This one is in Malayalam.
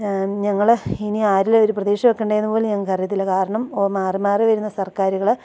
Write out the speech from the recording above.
ഞങ്ങൾ ഇനി ആരിലൊരു പ്രതീക്ഷ വെക്കെണ്ടതെന്നു പോലും ഞങ്ങൾക്കറിയത്തില്ല കാരണം ഓ മാറി മാറി വരുന്ന സർക്കാരുകൾ